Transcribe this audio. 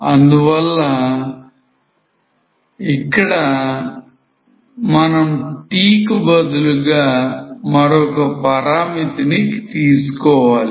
అందువల్ల ఇక్కడ కూడా మనం 't'కు బదులుగా మరొక పరామితి ని తీసుకోవాలి